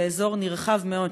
באזור נרחב מאוד,